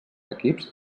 equips